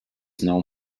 known